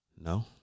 No